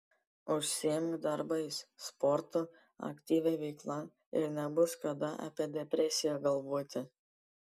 užsiimk darbais sportu aktyvia veikla ir nebus kada apie depresiją galvoti